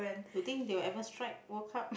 you think they will ever strike World Cup